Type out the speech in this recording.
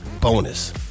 bonus